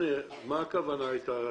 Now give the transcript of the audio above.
מה הייתה הכוונה שלך,